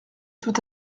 tout